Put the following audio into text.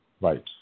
Right